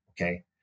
Okay